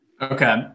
Okay